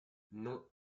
non